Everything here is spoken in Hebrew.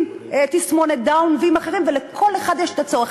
עם תסמונת דאון ועם אחרים, ולכל אחד יש צורך.